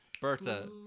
Bertha